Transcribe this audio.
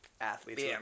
athletes